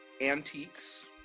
antiques